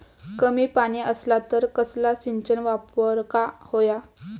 कमी पाणी असला तर कसला सिंचन वापराक होया?